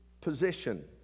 position